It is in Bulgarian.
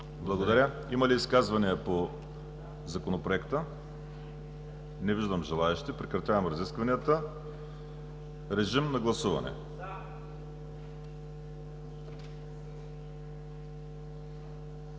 Благодаря. Има ли изказвания по Законопроекта? Не виждам желаещи. Прекратявам разискванията. Режим на гласуване.